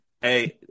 hey